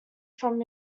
from